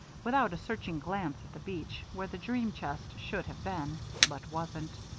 without a searching glance at the beach, where the dream-chest should have been but wasn't.